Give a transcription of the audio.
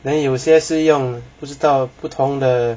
then 有些是用不知道不同的